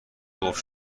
قفل